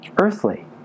Earthly